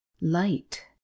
light